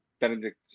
Benedict